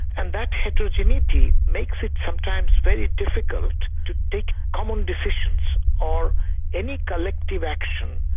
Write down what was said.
and that heterogeneity makes it sometimes very difficult to take common decisions or any collective action,